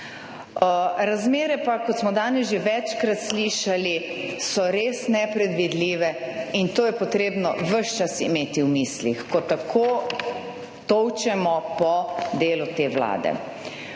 Razmere pa, kot smo danes že večkrat slišali, so res nepredvidljive in to je potrebno ves čas imeti v mislih, ko tako tolčemo po delu te Vlade.